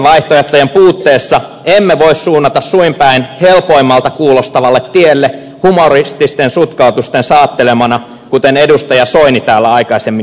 hyvien vaihtoehtojen puutteessa emme voi suunnata suin päin helpoimmalta kuulostavalle tielle humorististen sutkautusten saattelemana kuten edustaja soini täällä aikaisemmin esitti